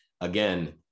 again